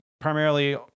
primarily